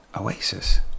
Oasis